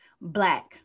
Black